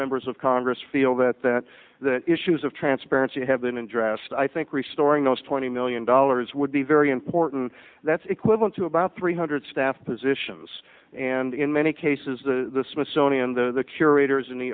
members of congress feel that that the issues of transparency have been addressed i think restoring those twenty million dollars would be very important that's equivalent to about three hundred staff positions and in many cases the smithsonian the curators in